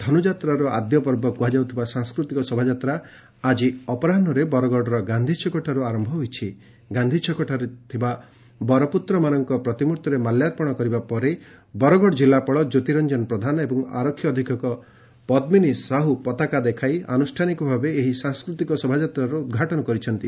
ଧନୁଯାତ୍ରାର ଆଦ୍ୟ ପର୍ବ କୁହାଯାଉଥିବା ସାଂସ୍କୃତିକ ଶୋଭାଯାତ୍ରା ଆକି ଅପରାହ୍ମରେ ରେ ବରଗଡ଼ ଗାଧୀଛକଠାରୁ ଆର ଗାନ୍ଧିଛକଠାରେଥିବା ବରପୁତ୍ର ମାନଙ୍କ ପ୍ରତିମୂର୍ତିରେ ମାଲ୍ୟାର୍ପଶ କରିବା ପରେ ବରଗଡ଼ ଜିଲ୍ଲାପାଳ ଜ୍ୟେତିରଞ୍ଞନ ପ୍ରଧାନ ଏବଂ ଆରକ୍ଷୀ ଅଧିକ୍ଷକ ପଦ୍ମିନୀ ସାହୁ ପତାକା ଦେଖାଇ ଆନୁଷ୍ଠାନିକ ଭାବରେ ସାଂସ୍କୃତିକ ଶୋଭାଯାତ୍ରାର ଉଦଘାଟନ କରିଛନ୍ତି